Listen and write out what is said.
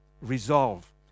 resolve